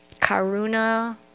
Karuna